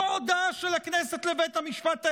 זו הודעה של הכנסת לבית המשפט העליון.